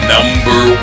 Number